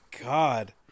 god